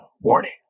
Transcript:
Warning